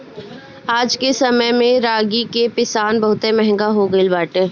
आजके समय में रागी के पिसान बहुते महंग हो गइल बाटे